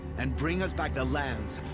and bring us back the lands.